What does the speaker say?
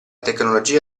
tecnologia